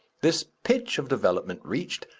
this pitch of development reached,